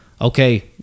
Okay